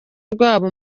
rwabo